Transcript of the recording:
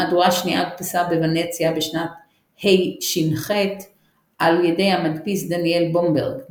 מהדורה שנייה הודפסה בוונציה בשנת הש"ח על ידי המדפיס דניאל בומברג,